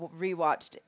rewatched